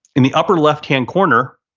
in the upper left-hand corner,